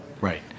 Right